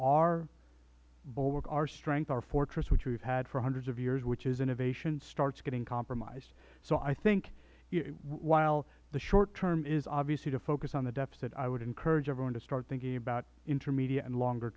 bulwark our strength our fortress which we have had for hundreds of years which is innovation starts getting compromised so i think with while the short term is obviously to focus on the deficit i would encourage everyone to start thinking about intermediate and longer